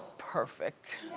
perfect.